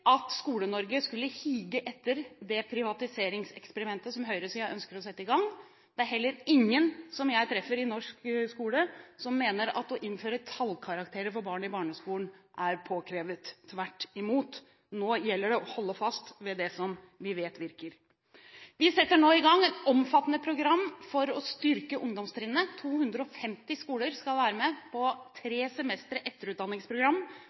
at Skole-Norge skulle hige etter det privatiseringseksperimentet som høyresiden ønsker å sette i gang. Det er heller ikke noen av dem jeg treffer i norsk skole som mener at det å innføre tallkarakterer for barn i barneskolen, er påkrevd – tvert imot. Nå gjelder det å holde fast ved det vi vet virker. Vi setter nå i gang et omfattende program for å styrke ungdomstrinnet. 250 skoler skal være med på tre semestre etterutdanningsprogram